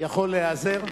יכול להיעזר,